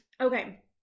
Okay